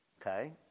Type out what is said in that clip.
Okay